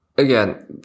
Again